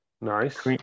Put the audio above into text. Nice